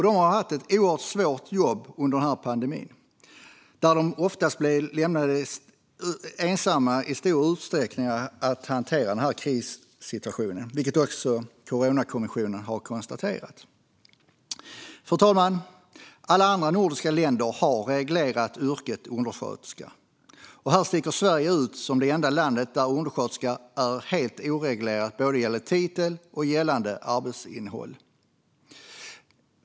De har haft ett oerhört svårt jobb under pandemin där de i stor utsträckning lämnades ensamma att hantera krissituationen, vilket även Coronakommissionen har konstaterat. Fru talman! Alla andra nordiska länder har reglerat yrket undersköterska. Här sticker Sverige ut som det enda land där undersköterska är helt oreglerat, både gällande titel och arbetsinnehåll.